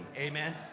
amen